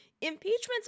impeachments